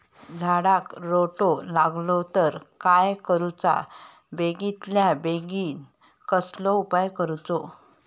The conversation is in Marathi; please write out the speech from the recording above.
झाडाक रोटो लागलो तर काय करुचा बेगितल्या बेगीन कसलो उपाय करूचो?